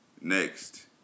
Next